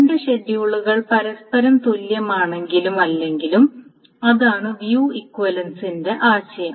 രണ്ട് ഷെഡ്യൂളുകൾ പരസ്പരം തുല്യമാണെങ്കിലും അല്ലെങ്കിലും അതാണ് വ്യൂ ഇക്വിവലൻസിന്റെ ആശയം